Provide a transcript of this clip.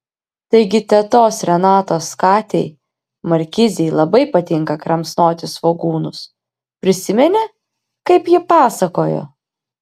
taigi tetos renatos katei markizei labai patinka kramsnoti svogūnus prisimeni kaip ji pasakojo